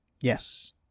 Yes